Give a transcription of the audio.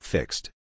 Fixed